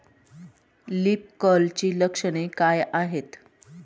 Leaf कर्लची लक्षणे काय आहेत?